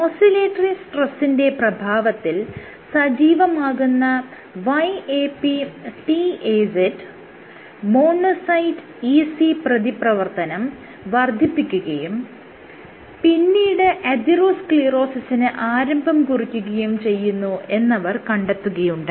oscillatory സ്ട്രെസ്സിന്റെ പ്രഭാവത്തിൽ സജീവമാകുന്ന YAPTAZ മോണോസൈറ്റ് EC പ്രതിപ്രവർത്തനം വർദ്ധിപ്പിക്കുകയും പിന്നീട് അതിറോസ്ക്ളീറോസിസിന് ആരംഭം കുറിക്കുകയും ചെയ്യുന്നു എന്നവർ കണ്ടെത്തുകയുണ്ടായി